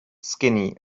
skinny